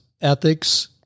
ethics